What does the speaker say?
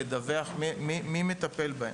לדווח מי מטפל בהם.